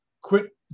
quit